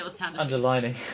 underlining